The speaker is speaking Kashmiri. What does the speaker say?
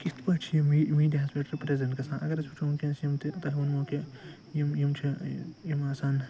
کِتھ پٲٹھۍ چھِ یِم میٖڈیاہَس پیٚٹھ رِپریٚزیٚنٹ گَژھان اگر أسۍ وٕچھو ونکیٚنَس یِم تہِ تۄہہِ وونمو کہ یم یم چھِ یم آسان